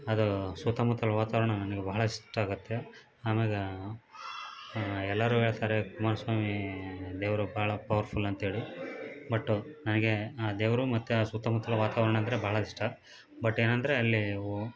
ಅದು ಸುತ್ತಮುತ್ತಲ ವಾತಾವರಣ ನನ್ಗೆ ಭಾಳ ಇಷ್ಟ ಆಗುತ್ತೆ ಆಮೇಲೆ ಎಲ್ಲರೂ ಹೇಳ್ತಾರೆ ಕುಮಾರಸ್ವಾಮಿ ದೇವರು ಭಾಳ ಪವರ್ ಫುಲ್ ಅಂಥೇಳಿ ಬಟ್ ನನಗೆ ಆ ದೇವರು ಮತ್ತು ಆ ಸುತ್ತಮುತ್ತಲ ವಾತಾವರಣ ಅಂದರೆ ಭಾಳ ಇಷ್ಟ ಬಟ್ ಏನೆಂದ್ರೆ ಅಲ್ಲಿ ಓ